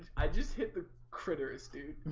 i just hit the critters, dude